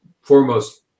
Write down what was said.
foremost